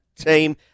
team